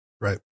right